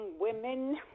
women